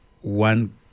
one